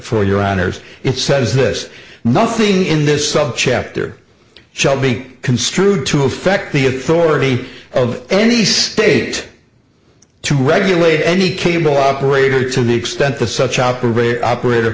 for your honour's it says this nothing in this subchapter shall be construed to affect the authority of any state to regulate any cable operator to the extent that such operator operator